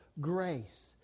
grace